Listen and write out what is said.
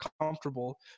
comfortable